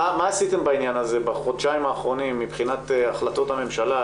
עשיתם בעניין הזה בחודשיים האחרונים מבחינת החלטות הממשלה,